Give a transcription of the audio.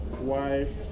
wife